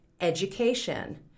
education